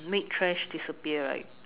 make trash disappear right